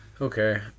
Okay